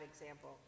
example